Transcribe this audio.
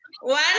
one